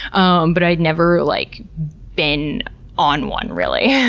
um but i had never like been on one, really.